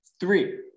Three